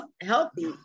healthy